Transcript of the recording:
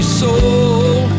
soul